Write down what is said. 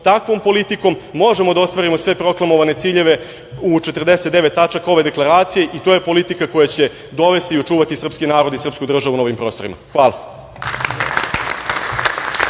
Takvom politikom možemo da ostvarimo sve proklamovane ciljeve u 49 tačaka ove deklaracije i to je politika koja će dovesti i očuvati srpski narod i srpsku državu na ovim prostorima. Hvala.